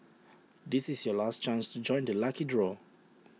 this is your last chance to join the lucky draw